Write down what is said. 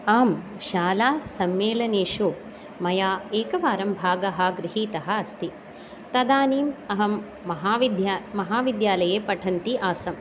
आं शालासम्मेलनेषु मया एकवारं भागः गृहीतः अस्ति तदानीम् अहं महाविद्यालये महाविद्यालये पठन्ती आसम्